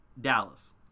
Dallas